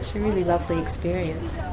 really lovely experience.